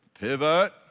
Pivot